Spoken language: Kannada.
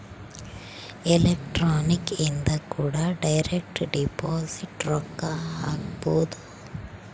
ಎಲೆಕ್ಟ್ರಾನಿಕ್ ಇಂದ ಕೂಡ ಡೈರೆಕ್ಟ್ ಡಿಪೊಸಿಟ್ ರೊಕ್ಕ ಹಾಕ್ಬೊದು